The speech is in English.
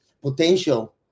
potential